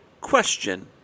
question